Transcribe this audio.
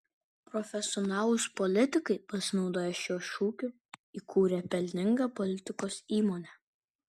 profesionalūs politikai pasinaudoję šiuo šūkiu įkūrė pelningą politikos įmonę